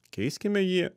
keiskime jį